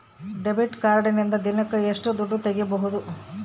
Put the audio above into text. Debit ಕಾರ್ಡಿನಿಂದ ದಿನಕ್ಕ ಎಷ್ಟು ದುಡ್ಡು ತಗಿಬಹುದು?